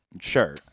Sure